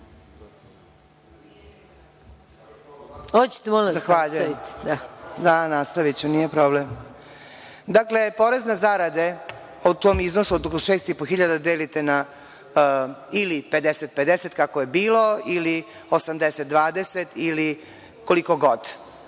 **Gordana Čomić** Da nastaviću, nije problem. Dakle, porez na zarade, u tom iznosu od 6.500 delite na ili 50-50, kako je bilo, ili 80-20, ili koliko god.